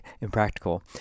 impractical